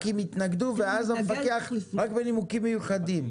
רק אם יתנגדו, ואז המפקח, ורק מנימוקים מיוחדים.